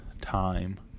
time